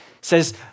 says